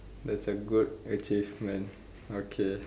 that's a good achievement okay